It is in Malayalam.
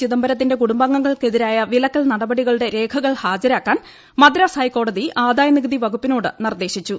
ചിദംബരത്തിന്റെ കുടുംബാംഗങ്ങൾക്കെതിരായ വിലക്കൽ നടപ്ടികളുടെ രേഖകൾ ഹാജരാക്കാൻ മദ്രാസ് ഹൈക്കോടതി ആദായ നികുതി വകുപ്പിനോട് നിർദ്ദേശിച്ചു